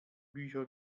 bücher